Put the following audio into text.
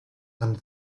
and